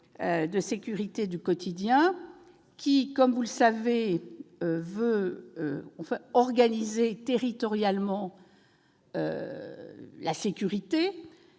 de sécurité du quotidien, vous le savez, tendant à organiser territorialement la sécurité